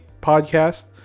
podcast